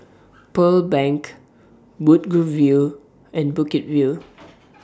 Pearl Bank Woodgrove View and Bukit View